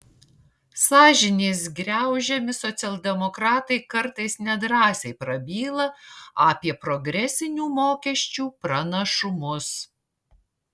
sąžinės griaužiami socialdemokratai kartais nedrąsiai prabyla apie progresinių mokesčių pranašumus